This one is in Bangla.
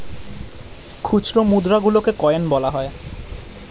খুচরো মুদ্রা গুলোকে কয়েন বলা হয়